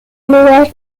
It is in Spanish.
lugar